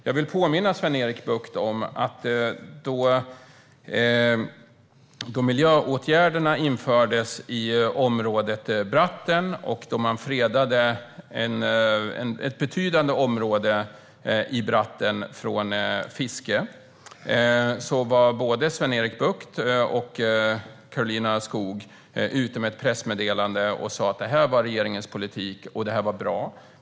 Jag vill påminna Sven-Erik Bucht om att när miljöåtgärderna vidtogs i området Bratten fredades ett betydande område från fiske. Både Sven-Erik Bucht och Karolina Skog skickade då ut ett pressmeddelande om att detta var regeringens politik.